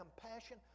compassion